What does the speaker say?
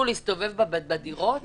להסתובב בדירות?